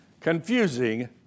confusing